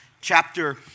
chapter